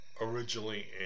originally